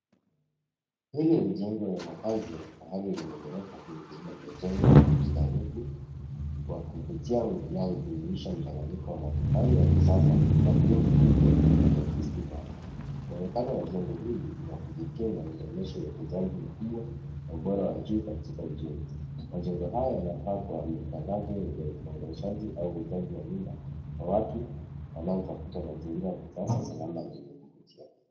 Huu ni mjengo wa makazi ya kifahari yenye ghorofa nyingi na imejengwa kwa ustarufu wa kuvutia na kujumuisha mchanganyiko wa matofali ya kisasa na vioo vikubwa vinavyo akisimwanga. Kuonekana jengo hili nila kuvutia na inaonyesha ukuzaji mkubwa wa bora ya juu katika ujenzi. Majengo haya ya yanafa kwa matangazo ya upangaji au uzaji wa nyumba wa watu wanao tafuta mazingira ya kisasa. usalama na lenye kuvutia.